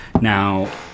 Now